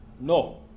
No